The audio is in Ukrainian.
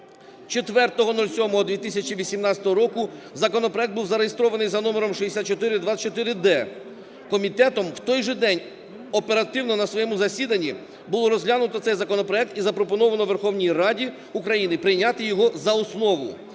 04.07.2018 року законопроект був зареєстрований за номером 6424-д. Комітетом у той же день оперативно на своєму засіданні було розглянуто цей законопроект і запропоновано Верховній Раді України прийняти його за основу.